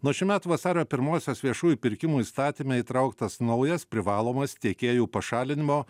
nuo šių metų vasario pirmosios viešųjų pirkimų įstatyme įtrauktas naujas privalomas tiekėjų pašalinimo